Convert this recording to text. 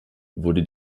wurde